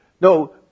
No